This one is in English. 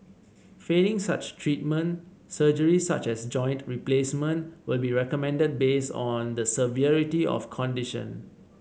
failing such treatment surgery such as joint replacement will be recommended based on the severity of condition